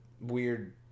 weird